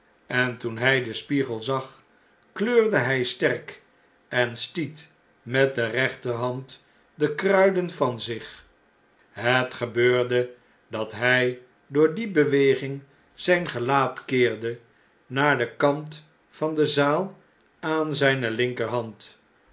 en toen hij den spiegel zag kleurde hjj sterk en stiet met de rechterhand de kruiden van zich het gebeurde dat hjj door die beweging zjjn gelaat keerde naar den kant van de zaal aan zijne linkerhand